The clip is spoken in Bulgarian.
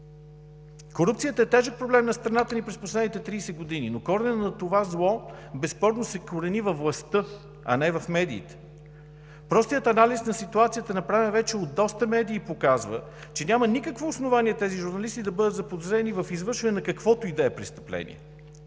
Корупцията е тежък проблем на страната ни през последните 30 години, но коренът на това зло безспорно се корени във властта, а не в медиите. Простият анализ на ситуацията, направен вече от доста медии, показва, че няма никакво основание тези журналисти да бъдат заподозрени в извършване на каквото и да е престъпление,